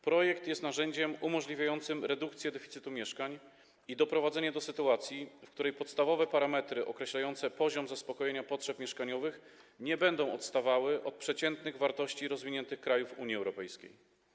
Projekt jest narzędziem umożliwiającym redukcję deficytu mieszkań i doprowadzenie do sytuacji, w której podstawowe parametry określające poziom zaspokojenia potrzeb mieszkaniowych nie będą odstawały od przeciętnych wartości rozwiniętych krajów Unii Europejskiej.